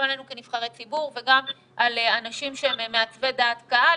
גם עלינו כנבחרי ציבור וגם על אנשים שהם מעצבי דעת קהל,